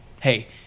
hey